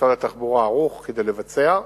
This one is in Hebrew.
משרד התחבורה ערוך כדי לבצע.